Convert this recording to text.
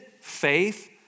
faith